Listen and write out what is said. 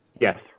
yes